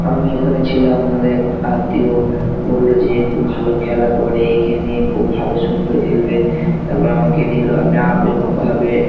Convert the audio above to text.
আমি ওখানে ছিলাম আমাদের এক আত্মীয় বললো যে খুব ভালো খেলা করে এখানে খুব ভালো সুন্দর খেলবে তারপর আমাকে নিল আমি আবেগভাবে